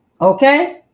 Okay